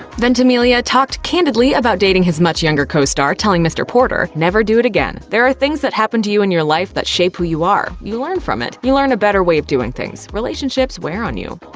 ventimiglia talked candidly about dating his much younger co-star, telling mr. porter, never do it again. there are things that happen to you in your life that shape who you are. you learn from it. you learn a better way of doing things. relationships wear on you.